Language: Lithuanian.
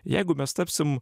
jeigu mes tapsim